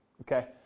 okay